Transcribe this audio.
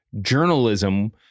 journalism